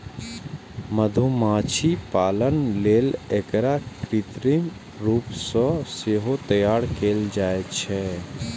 मधुमाछी पालन लेल एकरा कृत्रिम रूप सं सेहो तैयार कैल जाइ छै